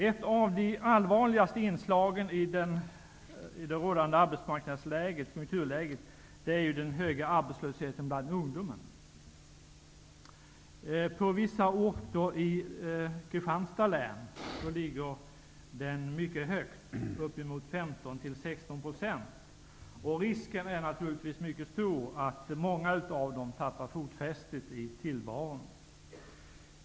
Ett av de allvarligaste inslagen i det rådande konjunkturläget är den höga arbetslösheten bland ungdomar. På vissa orter i Kristianstads län är ungdomsarbetslösheten mycket hög, uppemot 15-- 16 %. Risken är naturligtvis mycket stor att många av de här ungdomarna tappar fotfästet i tillvaron.